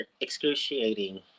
excruciating